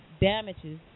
damages